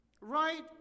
Right